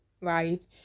right